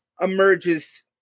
emerges